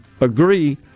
agree